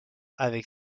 avec